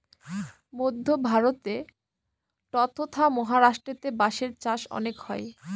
মধ্য ভারতে ট্বতথা মহারাষ্ট্রেতে বাঁশের চাষ অনেক হয়